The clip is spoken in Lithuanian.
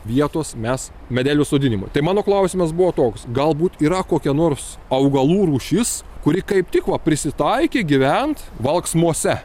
vietos mes medelių sodinimui tai mano klausimas buvo toks galbūt yra kokia nors augalų rūšis kuri kaip tiko prisitaikė gyvent valksmose